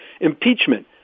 impeachment